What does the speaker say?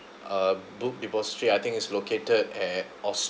uh book depository I think is located at